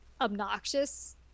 obnoxious